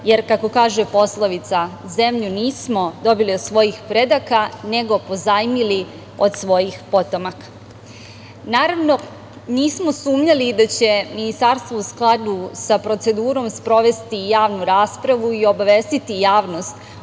jer kako kaže poslovica zemlju nismo dobili od svojih predaka, nego pozajmili od svojih potomaka. Naravno nismo sumnjali da će Ministarstvo u skladu sa procedurom sprovesti javnu raspravu i obavestiti javnost